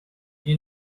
you